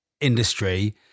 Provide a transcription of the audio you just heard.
industry